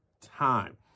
time